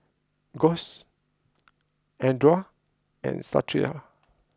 Guss Andra and Stacia